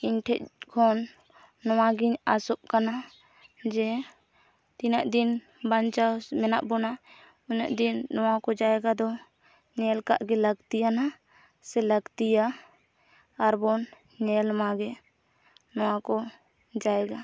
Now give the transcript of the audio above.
ᱤᱧ ᱴᱷᱮᱡ ᱠᱷᱚᱱ ᱱᱚᱣᱟ ᱜᱤᱧ ᱟᱥᱚ ᱠᱟᱱᱟ ᱡᱮ ᱛᱤᱱᱟᱹᱜᱫᱤᱱ ᱵᱟᱧᱪᱟᱣ ᱢᱮᱱᱟᱜ ᱵᱚᱱᱟ ᱩᱱᱟᱹᱜᱫᱤᱱ ᱱᱚᱣᱟᱠᱚ ᱡᱟᱭᱜᱟᱫᱚ ᱧᱮᱞᱠᱟᱜ ᱜᱮ ᱞᱟᱠᱛᱤᱭᱟᱱᱟ ᱥᱮ ᱞᱟᱠᱛᱤᱭᱟ ᱟᱨᱵᱚᱱ ᱧᱮᱞᱢᱟ ᱜᱮ ᱱᱚᱣᱟ ᱠᱚ ᱡᱟᱭᱜᱟ